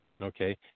okay